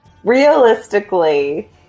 Realistically